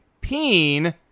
Peen